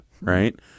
Right